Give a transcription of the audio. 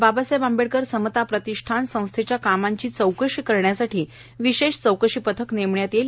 बाबासाहेब आंबेडकर समता प्रतिष्ठान संस्थेच्या कामांची चौकशी करण्यासाठी विशेष चौकशी पथक नेमण्यात येईल